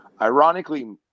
ironically